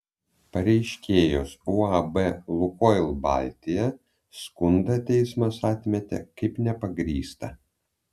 pareiškėjos uab lukoil baltija skundą teismas atmetė kaip nepagrįstą